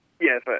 Yes